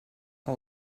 que